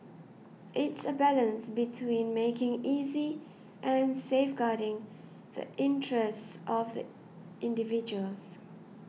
it's a balance between making easy and safeguarding the interests of the individuals